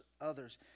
others